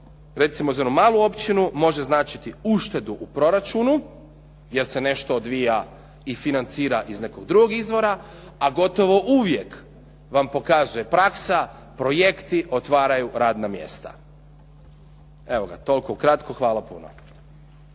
recimo za jednu malu općinu može značiti uštedu u proračunu, jer se nešto odvija i financira iz nekog drugog izvora, a gotovo uvijek vam pokazuje praksa, projekti otvaraju radna mjesta. Evo ga, toliko ukratko. Hvala vam puno.